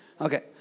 Okay